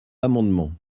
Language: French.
amendements